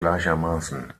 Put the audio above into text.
gleichermaßen